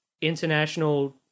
international